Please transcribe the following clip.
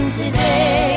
today